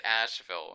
asheville